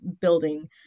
building